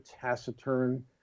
taciturn